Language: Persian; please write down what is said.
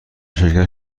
شرکت